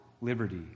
liberty